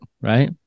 right